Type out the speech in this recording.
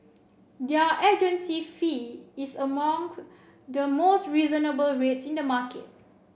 their agency fee is among the most reasonable rates in the market